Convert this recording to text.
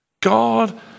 God